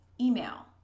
email